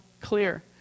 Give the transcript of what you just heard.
clear